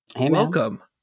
welcome